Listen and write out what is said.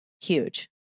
huge